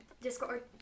Discord